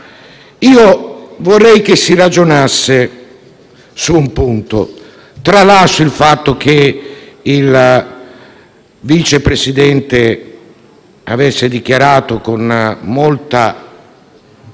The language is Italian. Io vorrei che si ragionasse su un punto. Tralascio il fatto che il vice Presidente avesse dichiarato con molta